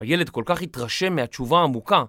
הילד כל כך התרשם מהתשובה העמוקה.